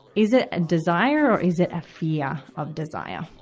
is it a desire or is it a fear of desire?